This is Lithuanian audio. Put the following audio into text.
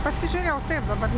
pasižiūrėjau taip dabar